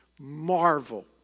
marvel